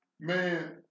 man